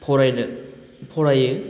फरायदों फरायो